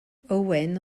owen